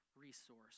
resource